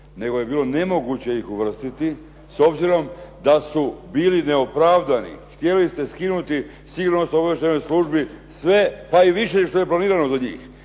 nego je bilo nemoguće ih uvrstiti s obzirom da su bili neopravdani. Htjeli ste skinuti Sigurnosno-obavještajnoj službi sve pa i više nego što je planirano za njih,